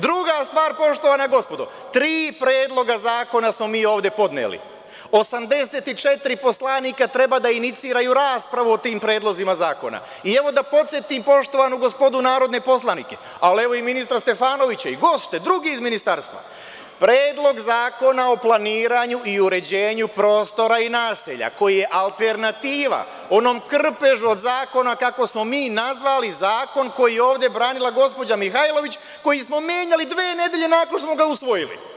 Druga stvar, poštovana gospodo tri Predloga zakona smo mi ovde podneli 84 poslanika treba da iniciraju raspravu o tim Predlozima zakona i evo da podsetim poštovanu gospodu narodne poslanike, ali evo i ministra Stefanovića, goste druge iz ministarstva Predlog zakona o planiranju i uređenju prostora i naselja koji je alternativa onom krpežu od zakona kako smo mi nazvali zakon koji je ovde branila gospođa Mihajlović koji smo menjali dve nedelje nakon što smo ga usvojili.